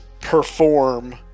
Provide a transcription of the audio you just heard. perform